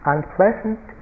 Unpleasant